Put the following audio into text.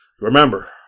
remember